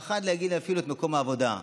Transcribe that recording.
הוא פחד להגיד אפילו את מקום העבודה.